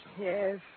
Yes